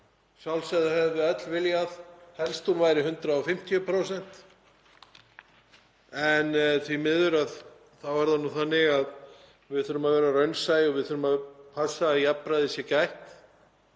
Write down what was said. sjálfsögðu hefðum við öll viljað helst að hún væri 150% en því miður er það nú þannig að við þurfum að vera raunsæ og við þurfum að passa að jafnræðis sé gætt.